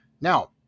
Now